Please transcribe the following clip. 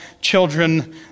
children